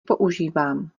používám